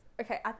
okay